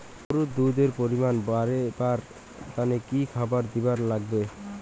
গরুর দুধ এর পরিমাণ বারেবার তানে কি খাবার দিবার লাগবে?